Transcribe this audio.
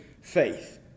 faith